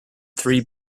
three